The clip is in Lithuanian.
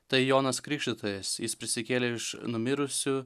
tai jonas krikštytojas jis prisikėlė iš numirusių